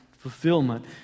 fulfillment